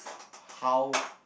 how